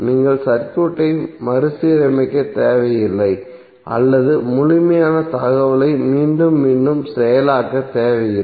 நீங்கள் சர்க்யூட்டை மறுசீரமைக்க தேவையில்லை அல்லது முழுமையான தகவலை மீண்டும் மீண்டும் செயலாக்க தேவையில்லை